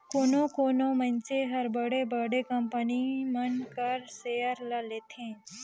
कोनो कोनो मइनसे हर बड़े बड़े कंपनी मन कर सेयर ल लेथे